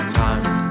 time